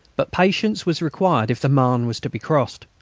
but patience was required if the marne was to be crossed.